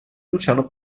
luciano